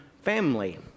family